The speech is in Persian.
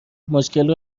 مشکل